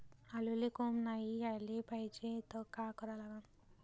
आलूले कोंब नाई याले पायजे त का करा लागन?